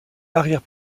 arrière